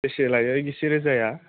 बेसे लायो बिसोरो जाया